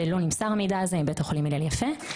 ולא נמסר המידע הזה מבית החולים הלל יפה.